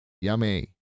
Yummy